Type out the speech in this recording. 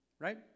right